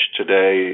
today